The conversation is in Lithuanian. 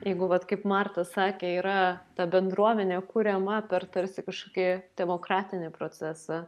jeigu vat kaip marta sakė yra ta bendruomenė kuriama per tarsi kažkokį demokratinį procesą